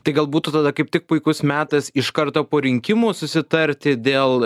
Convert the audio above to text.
tai galbūt tada kaip tik puikus metas iš karto po rinkimų susitarti dėl